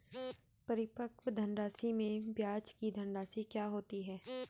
परिपक्व धनराशि में ब्याज की धनराशि क्या होती है?